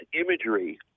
imagery